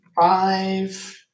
Five